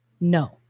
No